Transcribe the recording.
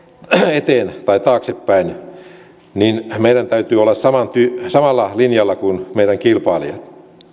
eteen tai taaksepäin niin meidän täytyy olla samalla linjalla kuin meidän kilpailijamme